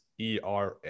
era